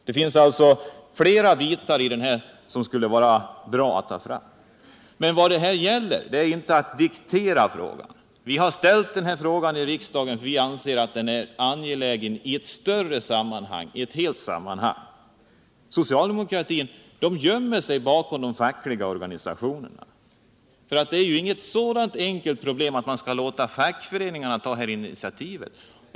Det finns alltså flera bitar i detta som skulle vara bra att ta fram. Men det gäller inte här att diktera. Vi har ställt frågan i riksdagen för att vi anser att den är angelägen i ett större, ett helt sammanhang. Socialdemokratin gömmer sig bakom de fackliga organisationerna. Det är inte ett så enkelt problem att man skall låta fackföreningarna ta initiativet.